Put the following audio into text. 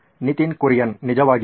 ನಿತಿನ್ ಕುರಿಯನ್ ನಿಜವಾಗಿಯೂ